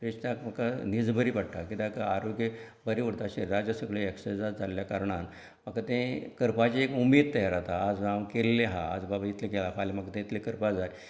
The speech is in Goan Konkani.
न्हिद बरी पडटा कित्याक आरोग्य बरें उरता अशें सगळे ऍक्सरसायज जाल्ले कारणान म्हाका तें एक करपाचे उमेद तयार जाता आज हांव केल्ले आहां आयज बाबा इतलें केला फाल्यां बाबा इतलें करपाक जाय